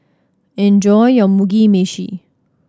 enjoy your Mugi Meshi